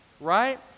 right